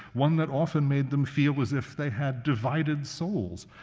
one that often made them feel as if they had divided souls.